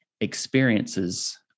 experiences